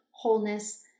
wholeness